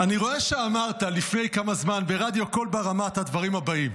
אני רואה שאמרת לפני כמה זמן ברדיו קול ברמה את הדברים הבאים,